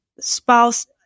spouse